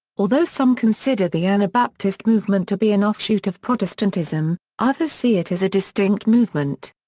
although some consider the anabaptist movement to be an offshoot of protestantism, others see it as a distinct movement.